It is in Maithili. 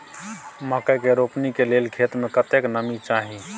मकई के रोपनी के लेल खेत मे कतेक नमी चाही?